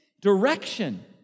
direction